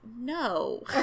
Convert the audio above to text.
no